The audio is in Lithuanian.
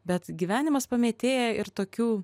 bet gyvenimas pamėtėja ir tokių